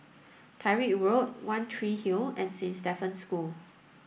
Tyrwhitt Road One Tree Hill and Saint Stephen's School